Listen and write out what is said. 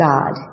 God